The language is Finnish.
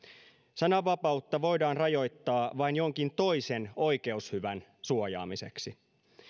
sananvapautta voidaan rajoittaa vain jonkin toisen oikeushyvän suojaamiseksi